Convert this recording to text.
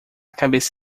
cabeça